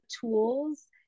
tools